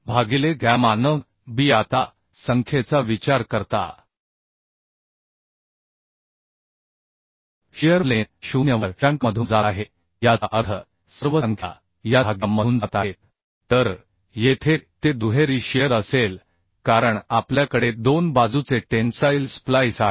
भागिले gamma n b आता संख्येचा विचार करता शियर प्लेन 0 वर शँकमधून जात आहे याचा अर्थ सर्व संख्या या धाग्या मधून जात आहेत तर येथे ते दुहेरी शिअर असेल कारण आपल्याकडे 2 बाजूचे टेन्साइल स्प्लाइस आहे